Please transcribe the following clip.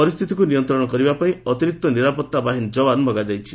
ପରିସ୍ଥିତିକୁ ନିୟନ୍ତ୍ରଣ କରିବା ପାଇଁ ଅତିରିକ୍ତ ନିରାପତ୍ତା ବାହିନୀ ଯବାନ ମଗାଯାଇଛି